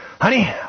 Honey